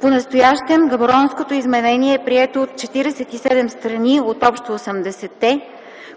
Понастоящем Габоронското изменение е прието от 47 страни от общо от 80-те,